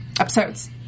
Episodes